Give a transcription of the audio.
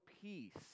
peace